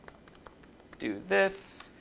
do this.